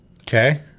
okay